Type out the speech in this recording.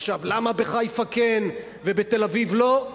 עכשיו, למה בחיפה כן ובתל-אביב לא?